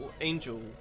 Angel